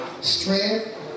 strength